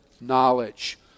knowledge